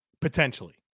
potentially